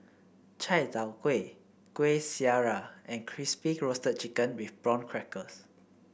Chai Tow Kway Kueh Syara and Crispy Roasted Chicken with Prawn Crackers